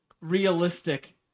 realistic